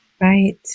Right